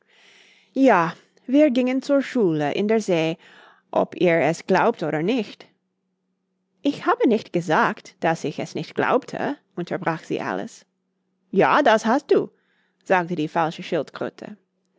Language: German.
ja wir gingen zur schule in der see ob ihr es glaubt oder nicht ich habe nicht gesagt daß ich es nicht glaubte unterbrach sie alice ja das hast du sagte die falsche schildkröte